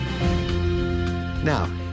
Now